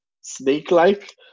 snake-like